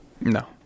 no